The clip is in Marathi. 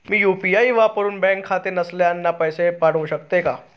मी यू.पी.आय वापरुन बँक खाते नसलेल्यांना पैसे पाठवू शकते का?